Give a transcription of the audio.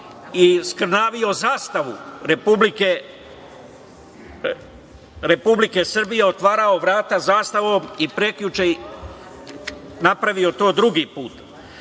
i skrnavio zastavu Republike Srbije, otvarao vrata zastavom i prekjuče to uradio drugi put? Da